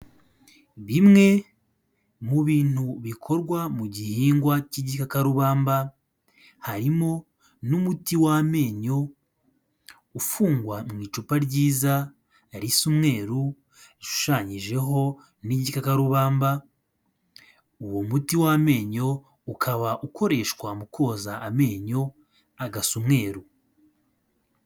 Bimwe mu bintu bikorwa mu gihingwa cy'igikakarubamba, harimo n'umuti w'amenyo, ufungwa mu icupa ryiza risa umweru, rishushanyijeho n'igikakarubamba, uwo muti w'amenyo ukaba ukoreshwa mu koza amenyo agasa umweru.